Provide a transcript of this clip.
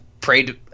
prayed